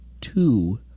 two